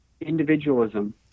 individualism